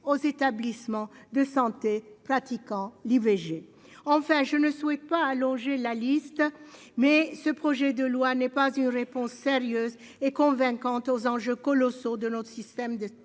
aux établissements de santé pratiquant l'IVG, enfin je ne souhaite pas allonger la liste mais ce projet de loi n'est pas une réponse sérieuse et convaincante aux enjeux colossaux de notre système de santé,